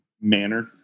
manner